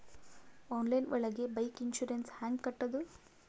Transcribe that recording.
Online ಒಳಗೆ bike insurance ಹ್ಯಾಂಗ್ ಕಟ್ಟುದು?